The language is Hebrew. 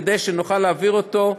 כדי שנוכל להעביר אותו,